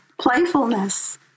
Playfulness